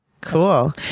Cool